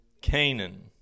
Canaan